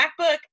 macbook